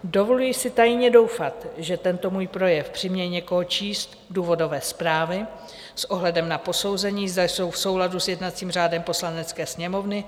Dovoluji si tajně doufat, že tento můj projev přiměje někoho číst důvodové zprávy s ohledem na posouzení, zda jsou v souladu s jednacím řádem Poslanecké sněmovny.